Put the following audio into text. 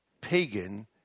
pagan